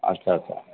আচ্ছা আচ্ছা